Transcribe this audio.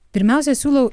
pirmiausia siūlau